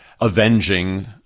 avenging